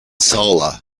solar